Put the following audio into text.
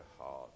heart